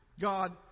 God